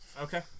Okay